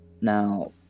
now